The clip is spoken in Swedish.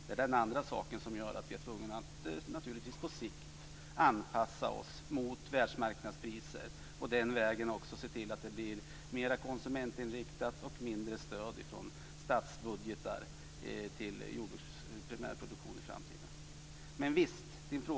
Det är den andra sak som gör att vi på sikt naturligtvis är tvungna att anpassa oss mot världsmarknadspriser och på den vägen i framtiden också bli mera konsumentinriktade och mindre stödda av statsbudgetar i jordbrukets primärproduktion.